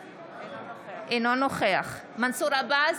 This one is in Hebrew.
אינו נוכח מנסור עבאס,